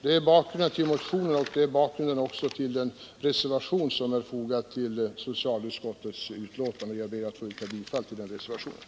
Det är bakgrunden till motionen och även till den reservation som är fogad till socialutskottets betänkande, och jag ber att få yrka bifall till den reservationen.